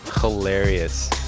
Hilarious